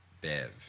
Bev